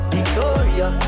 Victoria